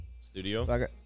studio